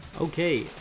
Okay